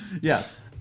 Yes